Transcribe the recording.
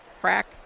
crack